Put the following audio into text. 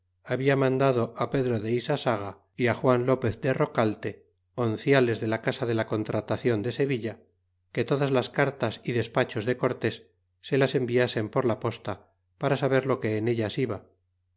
habla mandado pedro de isasaga y juan lopez de recalte onciales de la casa de la contratacion de sevilla que todas las cartas y despachos de cortés se las enviasen por la posta para saber loqueen ellas iba